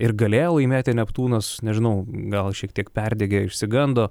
ir galėjo laimėti neptūnas nežinau gal šiek tiek perdegė išsigando